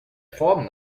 form